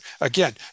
Again